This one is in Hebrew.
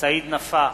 סעיד נפאע,